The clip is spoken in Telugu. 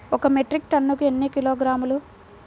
ఒక మెట్రిక్ టన్నుకు ఎన్ని కిలోగ్రాములు?